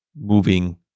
moving